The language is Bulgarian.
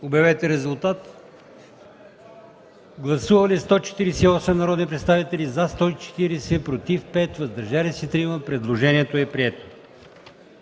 на гласуване. Гласували 148 народни представители: за 140, против 5, въздържали се 3. Предложението е прието.